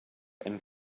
and